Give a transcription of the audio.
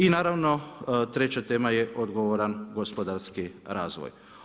I naravno, treća tema je odgovoran gospodarski razvoj.